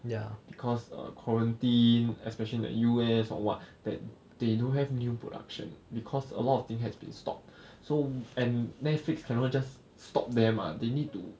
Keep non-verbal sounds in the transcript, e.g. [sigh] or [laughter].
ya because err quarantine especially in the U_S or what that they don't have new production because a lot of thing has been stopped [breath] so and Netflix cannot just stop them ah they need to